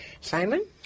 Simon